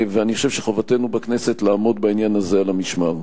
אני חושב שחובתנו בכנסת לעמוד בעניין הזה על המשמר.